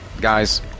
Guys